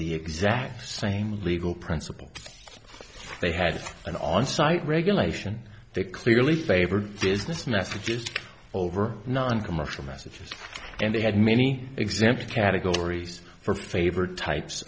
the exact same legal principle they had an on site regulation that clearly favored business messages over non commercial messages and they had many examples categories for favored types